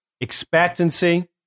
expectancy